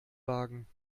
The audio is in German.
wagen